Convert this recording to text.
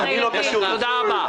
תודה רבה.